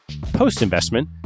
Post-investment